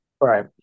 Right